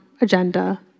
agenda